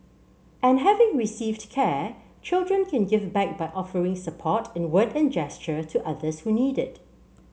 and having received care children can give back by offering support in word and gesture to others who need it